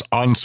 on